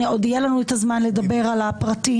עוד יהיה לנו זמן לדבר על הפרטים.